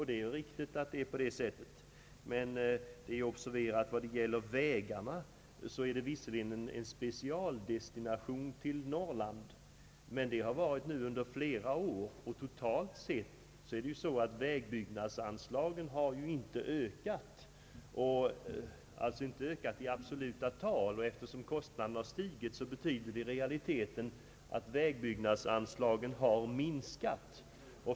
Det är riktigt, men när det gäller väganslagen vill jag påpeka att det har varit fråga om en specialdestination till Norrland, som har pågått under flera år. I absoluta tal har dock inte vägbyggnadsanslagen ökat. Eftersom vägkostnaderna samtidigt har stigit, så har i realiteten vägbyggnadsanslagen minskat.